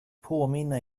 påminna